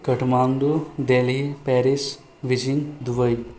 Kathmandu Delhi Paris Beijing Dubai